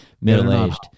middle-aged